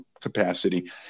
capacity